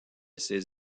ces